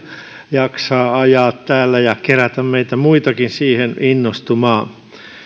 jaksaa ajaa täällä ja kerätä meitä muitakin siihen innostumaan